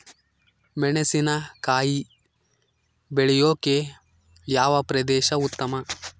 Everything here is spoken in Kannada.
ಮೆಣಸಿನಕಾಯಿ ಬೆಳೆಯೊಕೆ ಯಾವ ಪ್ರದೇಶ ಉತ್ತಮ?